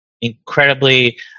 incredibly